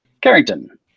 Carrington